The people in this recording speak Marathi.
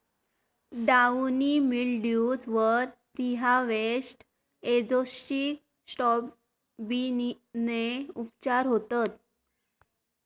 डाउनी मिल्ड्यूज वर प्रीहार्वेस्ट एजोक्सिस्ट्रोबिनने उपचार होतत